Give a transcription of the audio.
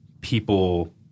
people